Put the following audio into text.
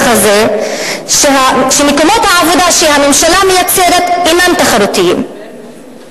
הזה שמקומות העבודה שהממשלה מייצרת אינם תחרותיים.